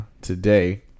today